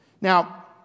Now